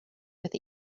with